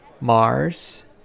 Mars